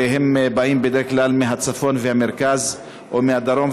והם באים בדרך כלל מהצפון והמרכז או מהדרום,